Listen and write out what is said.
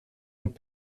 ont